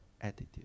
Attitude